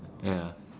ya ya